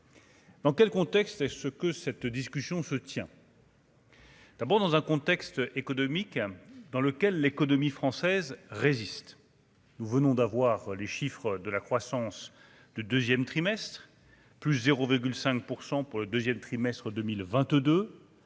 Dans quel contexte est-ce que cette discussion se tient. D'abord, dans un contexte économique dans lequel l'économie française résiste. Nous venons d'avoir les chiffres de la croissance du 2ème trimestre plus 0,5 % pour le 2ème trimestre 2022,